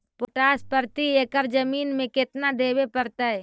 Potash प्रति एकड़ जमीन में केतना देबे पड़तै?